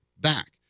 back